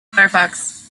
firefox